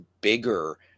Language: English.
bigger